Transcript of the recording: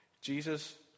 Jesus